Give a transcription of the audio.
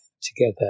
together